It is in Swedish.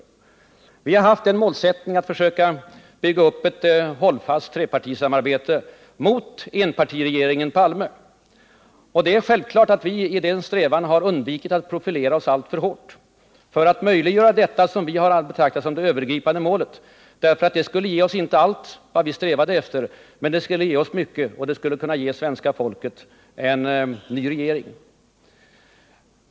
Men vi moderater har haft målsättningen att försöka bygga upp ett hållfast trepartisamarbete mot enpartiregeringen Palme. Det är självklart att vi i den strävan har undvikit att profilera oss alltför hårt för att möjliggöra det som vi har betraktat som det övergripande målet. Det samarbetet med de andra borgerliga partierna skulle inte ge oss allt vad vi strävat efter men det skulle ge oss mycket, och det skulle kunna ge svenska folket en ny regering.